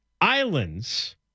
islands